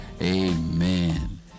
Amen